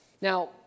now